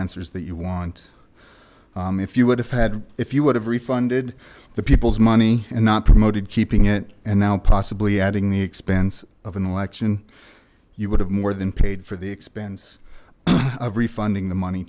answers that you want if you would have had if you would have refunded the people's money and not promoted keeping it and now possibly adding the expense of an election you would have more than paid for the expense of refunding the money